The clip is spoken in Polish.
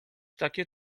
takie